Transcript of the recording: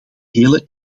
hele